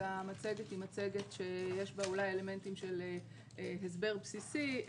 אז המצגת היא מצגת שיש בה אולי אלמנטים של הסבר בסיסי.